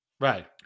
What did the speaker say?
Right